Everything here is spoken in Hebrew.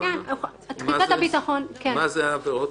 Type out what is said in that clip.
העבירות